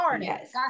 Yes